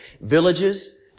villages